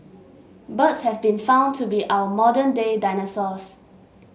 birds have been found to be our modern day dinosaurs